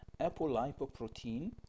apolipoprotein